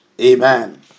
Amen